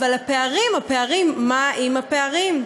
אבל הפערים, הפערים, מה עם הפערים?